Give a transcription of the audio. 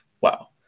wow